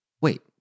wait